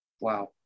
Wow